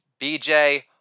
BJ